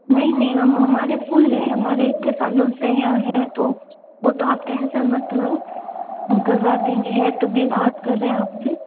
नहीं नहीं हम हमारे पुल है हमारे इतने सालों से यहाँ है तो वो आप टेंसन मत लो हम करवा देंगे है तो तभी बात कर रहे हैं आपसे